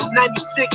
96